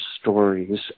Stories